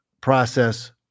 process